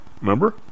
Remember